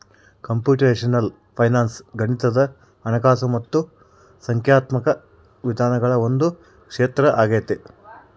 computational finance ಗಣಿತದ ಹಣಕಾಸು ಮತ್ತು ಸಂಖ್ಯಾತ್ಮಕ ವಿಧಾನಗಳ ಒಂದು ಕ್ಷೇತ್ರ ಆಗೈತೆ